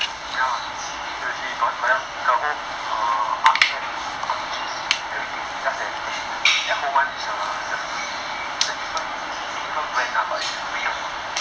ya seriously but the whole err up med M_G everything just that at home is the free it's a different different brand lah but it's free [one] lor